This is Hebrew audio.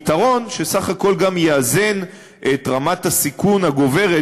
יתרון שבסך הכול גם יאזן את רמת הסיכון הגוברת,